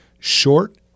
short